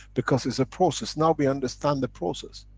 because it's a process. now we understand the process.